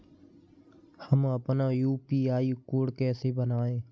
हम अपना UPI code कैसे बनाएँ?